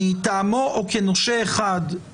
מטעמו או כנושה אחד,